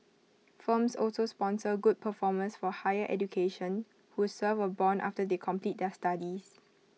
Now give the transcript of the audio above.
firms also sponsor good performers for higher education who serve A Bond after they complete their studies